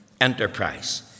Enterprise